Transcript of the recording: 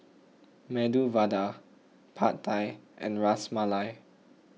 Medu Vada Pad Thai and Ras Malai